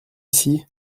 ici